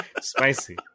Spicy